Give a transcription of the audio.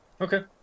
okay